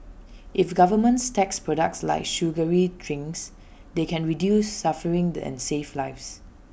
if governments tax products like sugary drinks they can reduce suffering and safe lives